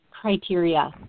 criteria